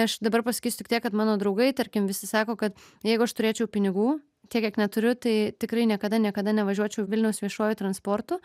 aš dabar pasakysiu tik tiek kad mano draugai tarkim visi sako kad jeigu aš turėčiau pinigų tiek kiek neturiu tai tikrai niekada niekada nevažiuočiau vilniaus viešuoju transportu